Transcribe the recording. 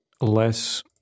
less